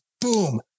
boom